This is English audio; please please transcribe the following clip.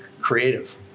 creative